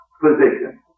position